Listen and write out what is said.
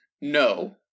no